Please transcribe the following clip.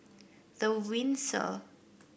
The Windsor